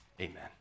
Amen